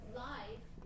life